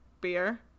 beer